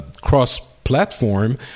cross-platform